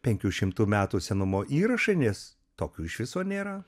penkių šimtų metų senumo įrašai nes tokių iš viso nėra